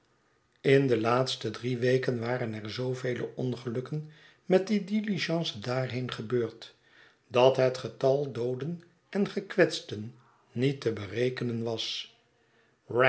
in de laatste drie weken waren er zooyele ongelukken met de diligence daarheen gebeurd dat net getal dooden en gekwetsten niet te berekenen was